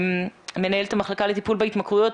מנהלת המחלקה לטיפול בהתמכרויות,